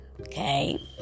Okay